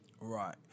Right